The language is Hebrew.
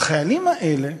והחיילים האלה,